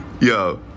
Yo